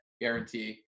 guarantee